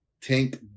Tank